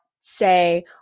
say